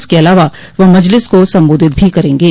इसके अलावा वह मजलिस को संबोधित भी करेंगे